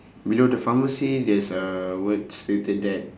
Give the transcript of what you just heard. below the pharmacy there's a word stated that